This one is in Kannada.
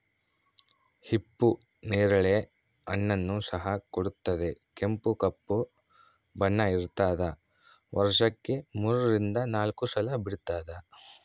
ಹಿಪ್ಪು ನೇರಳೆ ಹಣ್ಣನ್ನು ಸಹ ಕೊಡುತ್ತದೆ ಕೆಂಪು ಕಪ್ಪು ಬಣ್ಣ ಇರ್ತಾದ ವರ್ಷಕ್ಕೆ ಮೂರರಿಂದ ನಾಲ್ಕು ಸಲ ಬಿಡ್ತಾದ